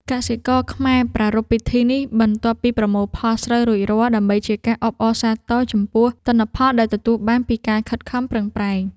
កសិករខ្មែរប្រារព្ធពិធីនេះបន្ទាប់ពីប្រមូលផលស្រូវរួចរាល់ ដើម្បីជាការអបអរសាទរចំពោះទិន្នផលដែលទទួលបានពីការខិតខំប្រឹងប្រែង។